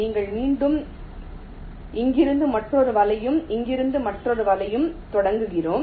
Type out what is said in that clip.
நாங்கள் மீண்டும் இங்கிருந்து மற்றொரு வலையையும் இங்கிருந்து மற்றொரு வலையையும் தொடங்குகிறோம்